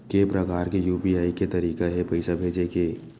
के प्रकार के यू.पी.आई के तरीका हे पईसा भेजे के?